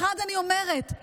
אני אומרת,